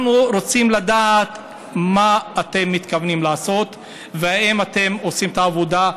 אנחנו רוצים לדעת מה אתם מתכוונים לעשות ואם אתם עושים את העבודה.